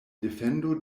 defendo